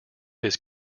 his